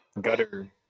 gutter